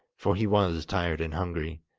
for he was tired and hungry.